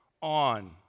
on